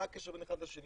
מה הקשר בין אחד לשני?